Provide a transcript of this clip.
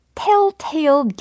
telltale